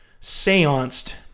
seanced